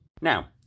Now